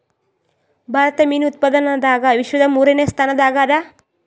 ಭಾರತ ಮೀನು ಉತ್ಪಾದನದಾಗ ವಿಶ್ವದ ಮೂರನೇ ಸ್ಥಾನದಾಗ ಅದ